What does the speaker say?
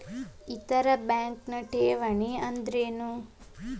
ಇತರ ಬ್ಯಾಂಕ್ನ ಠೇವಣಿ ಅನ್ದರೇನು?